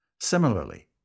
Similarly